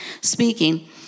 speaking